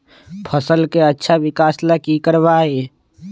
फसल के अच्छा विकास ला की करवाई?